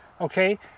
okay